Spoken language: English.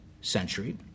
century